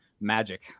magic